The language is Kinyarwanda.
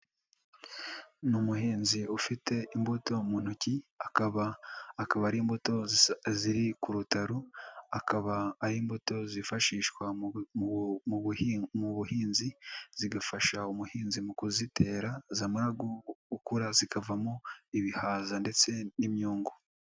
Ni umuhinzi ufite imbuto mu ntoki akaba akaba ari imbuto ziri ku rutaro, akaba ari imbuto zifashishwa mu buhinzi zigafasha umuhinzi mu kuzitera zamara gukura zikavamo ibihaza ndetse n'imyungu.